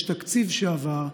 יש תקציב שעבר,